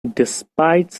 despite